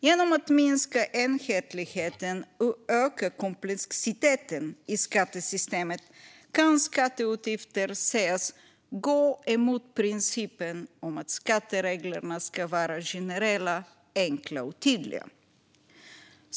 Genom att minska enhetligheten och öka komplexiteten i skattesystemet kan skatteutgifter sägas gå emot principen om att skattereglerna ska vara generella, enkla och tydliga.